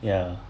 ya